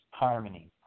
Harmony